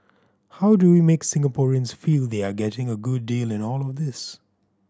how do we make Singaporeans feel they are getting a good deal in all of this